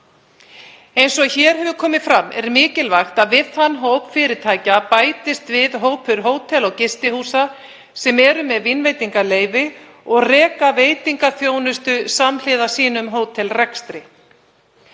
Eins og komið hefur fram er mikilvægt að við þann hóp fyrirtækja bætist hópur hótela og gistihúsa sem eru með vínveitingaleyfi og reka veitingaþjónustu samhliða sínum hótelrekstri.